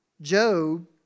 Job